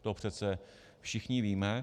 To přece všichni víme.